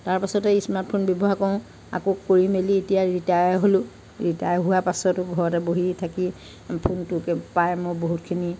তাৰ পাছতে smart phone ব্যৱহাৰ কৰোঁ আকৌ কৰি মেলি এতিয়া ৰিটায়াৰ হ'লোঁ ৰিটায়াৰ হোৱাৰ পাছতো ঘৰতে বহি থাকি ফোনটোকে পাই মই বহুতখিনি